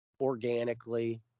organically